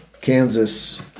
Kansas